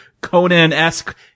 conan-esque